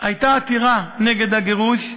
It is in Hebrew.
הייתה עתירה נגד הגירוש,